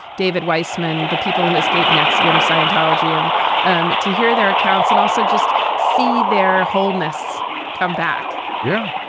david weissman, the people who escape nexium, scientology, and um to hear their accounts and also just see their wholeness come back yeah,